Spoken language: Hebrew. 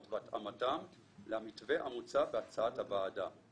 והתאמתן למתווה המוצע בהצעת הוועדה.